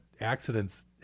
accidents